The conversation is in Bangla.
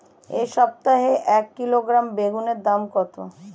এই সপ্তাহে এক কিলোগ্রাম বেগুন এর দাম কত?